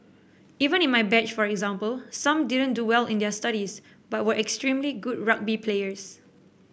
even in my batch for example some didn't do well in their studies but were extremely good rugby players